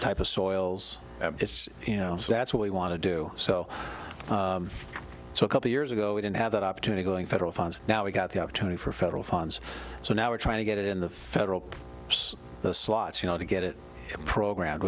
type of soils you know so that's what we want to do so so a couple years ago we didn't have that opportunity going federal funds now we got the opportunity for federal funds so now we're trying to get it in the federal slots you know to get it in program